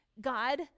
God